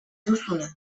duzuna